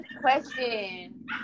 question